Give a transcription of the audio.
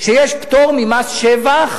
שיש פטור ממס שבח